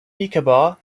nicobar